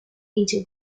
into